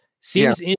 seems